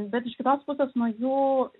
bet iš kitos pusės nuo jų